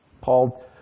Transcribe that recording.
Paul